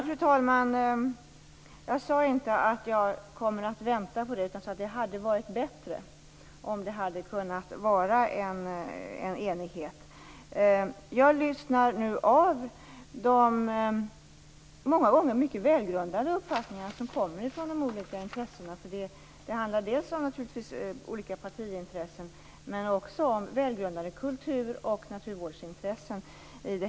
Fru talman! Jag sade inte att jag kommer att vänta på en enighet. Jag sade att det hade varit bättre om det hade funnits en enighet. Jag lyssnar nu på de många gånger mycket välgrundade uppfattningar som kommer från de olika intressena. Det handlar dels om olika partiintressen, dels om välgrundade kultur och naturvårdsintressen.